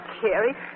Carrie